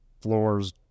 floors